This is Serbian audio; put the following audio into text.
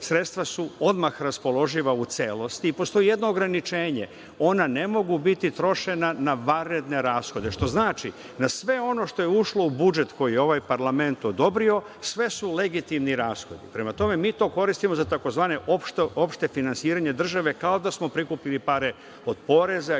sredstva su odmah raspoloživa u celosti. Postoji jedno ograničenje – ona ne mogu biti trošena na vanredne rashode, što znači da sve ono što je ušlo u budžet koji je ovaj parlament odobrio, sve su legitimni rashodi. Prema tome, mi to koristimo za tzv. opšte finansiranje države kao da smo prikupili pare od poreza